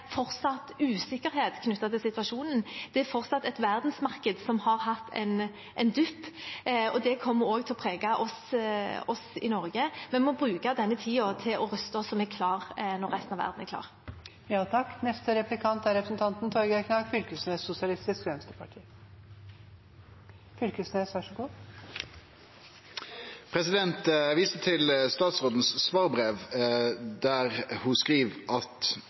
usikkerhet knyttet til situasjonen. Det er fortsatt et verdensmarked som har hatt en dupp – og det kommer også til å prege oss i Norge. Vi må bruke denne tiden til å ruste oss så vi er klare når resten av verden